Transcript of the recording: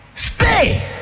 Stay